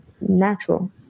natural